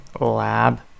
lab